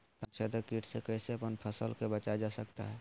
तनाछेदक किट से कैसे अपन फसल के बचाया जा सकता हैं?